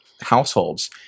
households